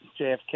JFK